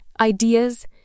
ideas